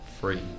free